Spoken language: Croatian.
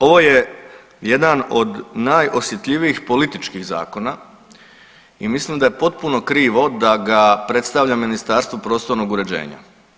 Ovo je jedan od najosjetljivijih političkih zakona i mislim da je potpuno krivo da ga predstavlja Ministarstvo prostornog uređenja.